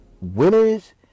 winners